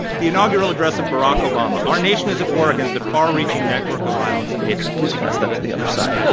the inaugural address of barack obama, our nation is at war against a far-reaching network of violence and hatred. please pass that to the other side.